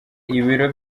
ibiro